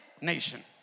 nation